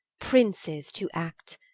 princes to act,